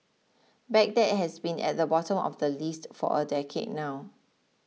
Baghdad has been at the bottom of the list for a decade now